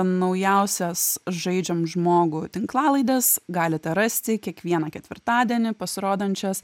naujausias žaidžiam žmogų tinklalaides galite rasti kiekvieną ketvirtadienį pasirodančias